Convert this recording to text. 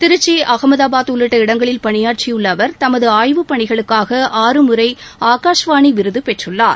திருச்சி அஙமதாபாத் உள்ளிட்ட இடங்களில் பணியாற்றியுள்ள அவர் தமது ஆய்வுப் பணிகளுக்காக ஆறு முறை ஆகாஷ் வாணி விருது பெற்றுள்ளார்